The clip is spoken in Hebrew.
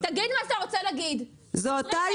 של אותם דיירים ותיקים בהתחדשות עירונית,